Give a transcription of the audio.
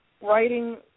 writing